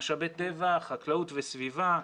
משאבי טבע, חקלאות וסביבה,